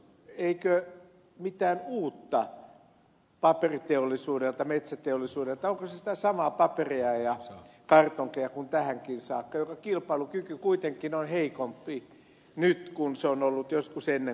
eikö ole mitään uutta paperiteollisuudelta metsäteollisuudelta onko se sitä samaa paperia ja kartonkeja kuin tähänkin saakka joiden kilpailukyky kuitenkin on heikompi nyt kuin se on ollut joskus ennen kansainvälisillä markkinoilla